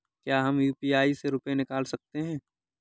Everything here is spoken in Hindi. क्या हम यू.पी.आई से रुपये निकाल सकते हैं?